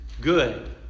good